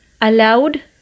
allowed